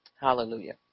Hallelujah